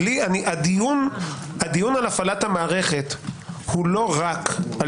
הדיון על הפעלת המערכת הוא לא רק על